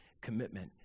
commitment